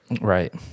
Right